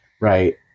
Right